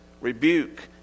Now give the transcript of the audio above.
Rebuke